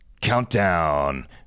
Countdown